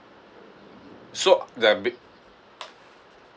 so the bi~